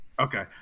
Okay